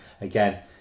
again